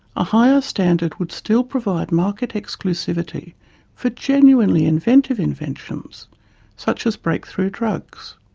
a higher standard would still provide market exclusivity for genuinely inventive inventions such as break-through drugs.